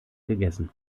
gegessen